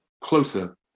closer